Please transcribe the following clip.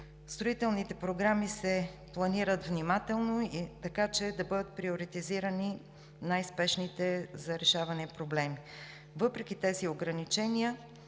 строителните програми се планират внимателно, така че да бъдат приоритизирани най-спешните за решаване проблеми. Въпреки тези ограничения